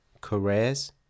careers